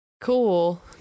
Cool